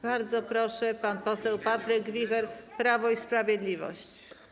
Bardzo proszę, pan poseł Patryk Wicher, Prawo i Sprawiedliwość.